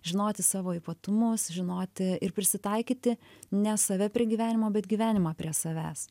žinoti savo ypatumus žinoti ir prisitaikyti ne save prie gyvenimo bet gyvenimą prie savęs